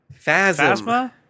Phasma